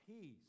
Peace